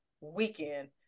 weekend